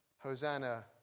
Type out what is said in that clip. Hosanna